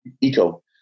Eco